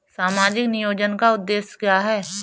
सामाजिक नियोजन का उद्देश्य क्या है?